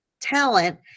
talent